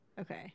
Okay